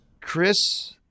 Chris